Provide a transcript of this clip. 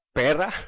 pera